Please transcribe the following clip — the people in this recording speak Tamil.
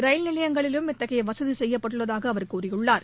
ரயில் நிலையங்களிலும் இத்தகைய வசதி செய்யப்பட்டள்ளதாக அவர் கூறியுள்ளார்